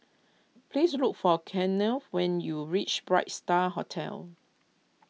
please look for Keanna when you reach Bright Star Hotel